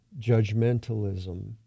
judgmentalism